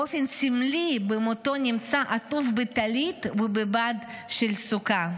באופן סמלי במותו נמצא עטוף בטלית ובבד של סוכה,